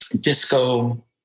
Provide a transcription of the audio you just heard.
disco